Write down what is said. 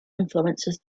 influences